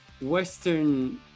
Western